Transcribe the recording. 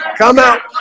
come up